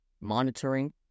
Monitoring